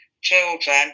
children